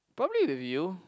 probably with you